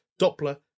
Doppler